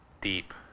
deep